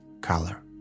color